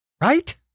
Right